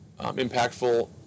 impactful